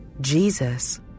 Jesus